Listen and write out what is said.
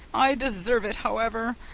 i deserve it, however!